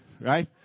right